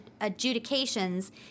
adjudications